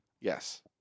Yes